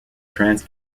trans